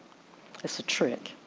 that's a trick.